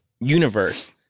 universe